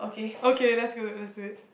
okay that's good let's do it